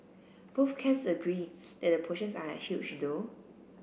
both camps agree that the portions are huge though